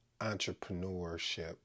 entrepreneurship